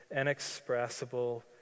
inexpressible